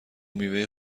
میوه